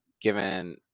given